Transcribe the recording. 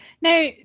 Now